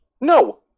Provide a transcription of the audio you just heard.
no